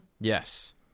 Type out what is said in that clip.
yes